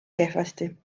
kehvasti